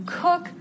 cook